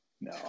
no